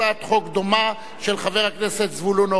אני קובע שהצעתה של חברת הכנסת ציפי חוטובלי בנושא